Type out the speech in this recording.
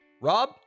rob